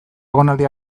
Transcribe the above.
egonaldi